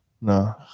no